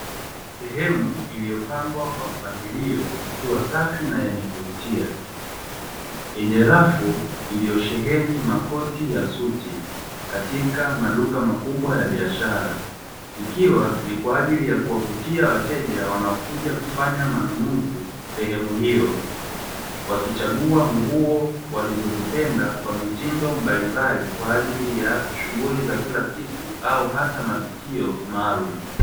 Sehemu iliyo pangwa kwa mpangilio ikiwa safi na yenye kuvutia, yenye rafu, iliyosheheni makoti ya suti katika maduka makubwa ya biashara ikiwa ni kwa ajili ya kuwavutia wateja wanao kuja kufanya manunuzi sehemu hiyo, wakichagua nguo walizozipenda kwa mitindo mbalimbali kwa ajili ya shughuli za kila siku au hata matukio maalum.